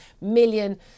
million